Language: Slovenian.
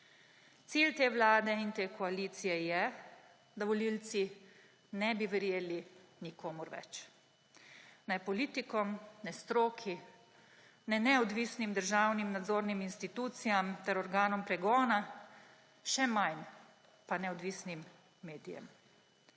cilj te vlade in te koalicije je, da volivci nebi verjeli nikomur več, ne politikom, ne stroki, ne neodvisnim državnim nadzornim institucijam ter organom pregona, še manj pa neodvisnim medijem.